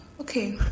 okay